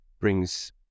brings